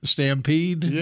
Stampede